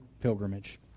pilgrimage